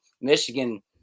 Michigan